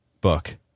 book